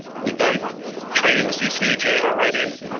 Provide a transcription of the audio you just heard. we've done training with ccg already.